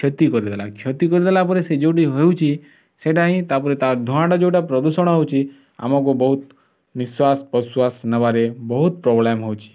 କ୍ଷତି କରିଦେଲା କ୍ଷତି କରିଦେଲା ପରେ ସେ ଯେଉଁଠି ହଉଛି ସେଇଟା ହିଁ ତାପରେ ତାର ଧୂଆଁଟା ଯେଉଁଠି ପ୍ରଦୂଷଣ ହଉଛି ଆମକୁ ବହୁତ ନିଶ୍ୱାସ ପ୍ରଶ୍ୱାସ ନେବାରେ ବହୁତ ପ୍ରବ୍ଲେମ୍ ହଉଛି